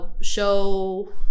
show